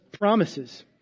promises